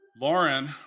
Lauren